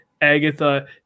Agatha